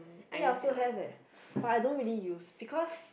eh I also have eh but I don't really use because